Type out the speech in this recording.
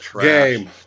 game